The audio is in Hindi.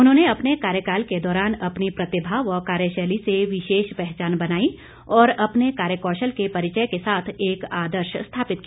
उन्होंने अपने कार्यकाल के दौरान अपनी प्रतिभा व कार्यशैली से विशेष पहचान बनाई और अपने कार्य कौशल के परिचय के साथ एक आर्दश स्थापित किया